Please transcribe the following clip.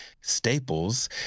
staples